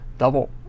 double